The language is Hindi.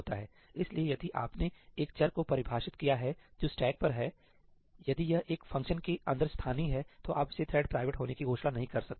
इसलिए यदि आपने एक चर को परिभाषित किया है जो स्टैक पर है यदि यह एक फ़ंक्शन के अंदर स्थानीय है तो आप इसे थ्रेड प्राइवेट होने की घोषणा नहीं कर सकते